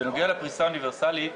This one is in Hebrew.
בנוגע לפריסה האוניברסלית,